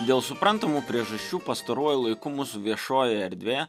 dėl suprantamų priežasčių pastaruoju laiku mūsų viešoji erdvė